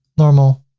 normal,